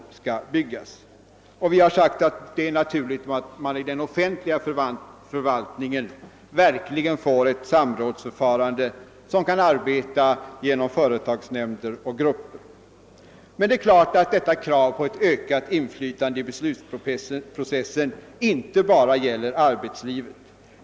Vi har sagt att det är naturligt att man i den offentliga förvaltningen verkligen får ett samrådsförfarande genom företagsnämnder och grupper. Men det är klart att kravet på ökat inflytande på beslutsprocessen inte bara gäller arbetslivet.